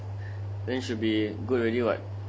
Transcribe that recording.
then should be good already [what]